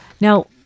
Now